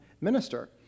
minister